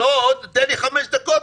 תן לי חמש דקות.